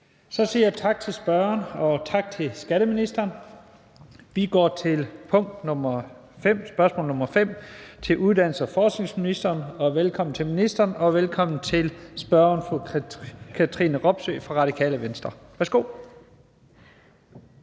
Så siger jeg tak til spørgeren og tak til skatteministeren. Vi går til spørgsmål nr. 15 til uddannelses- og forskningsministeren. Velkommen til ministeren, og velkommen til spørgeren, fru Katrine Robsøe fra Radikale Venstre.